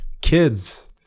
kids